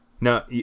No